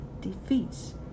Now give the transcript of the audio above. defeats